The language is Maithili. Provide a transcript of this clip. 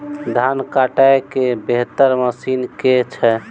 धान कुटय केँ बेहतर मशीन केँ छै?